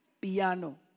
piano